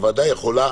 הוועדה יכולה